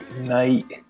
night